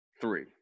three